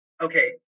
Okay